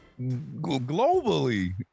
Globally